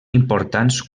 importants